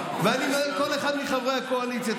ואני אומר את זה לכל אחד מחברי הקואליציה,